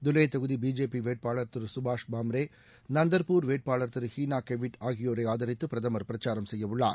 துலே தொகுதி பிஜேபி வேட்பாளர் திரு சுபாஸ் பாம்ரே நந்தர்ப்பூர் வேட்பாளர் திரு ஹீனா கெவிட் ஆகியோரை ஆதரித்து பிரதமர் பிரச்சாரம் செய்யவுள்ளார்